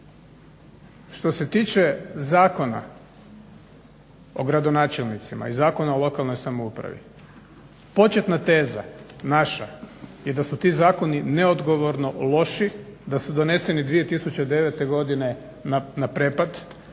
Što se tiče Zakona o gradonačelnicima i Zakona o lokalnoj samoupravi početna teza naša je da su ti zakoni neodgovorno loši, da su doneseni 2009. godine na prepad